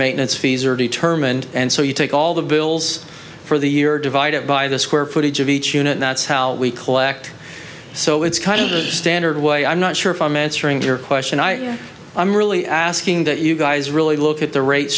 maintenance fees are determined and so you take all the bills for the year divided by the square footage of each unit that's how we collect so it's kind of a standard way i'm not sure if i'm answering your question i i'm really asking that you guys really look at the rate